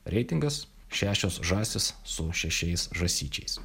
reitingas šešios žąsys su šešiais žąsyčiais